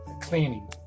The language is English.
cleaning